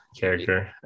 character